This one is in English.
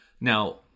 Now